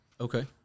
Okay